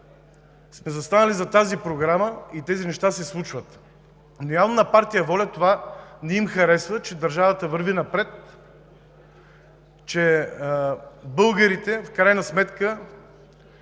са застанали зад тази програма и тези неща се случват. Но явно на партия ВОЛЯ това не им харесва – че държавата върви напред, че българите в крайна сметка